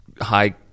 high